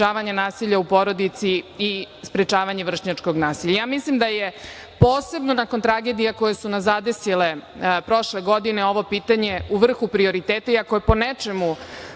nasilja u porodici i sprečavanja vršnjačkog nasilja. Mislim da je posebno nakon tragedija koje su nas zadesile prošle godine ovo pitanje u vrhu prioriteta i ako je po nečemu